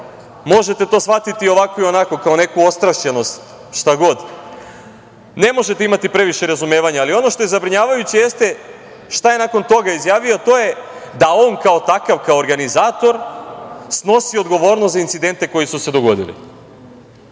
možete, to shvatiti i ovako i onako, kao neku ostrašćenost, šta god, ne možete imati previše razumevanja. Ali, ono što je zabrinjavajuće jeste šta je nakon toga izjavio, to je da on kao takav, kao organizator snosi odgovornost za incidente koji su se dogodili.